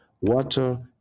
water